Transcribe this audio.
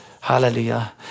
Hallelujah